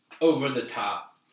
over-the-top